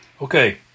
Okay